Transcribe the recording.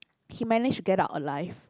he managed to get out alive